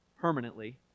permanently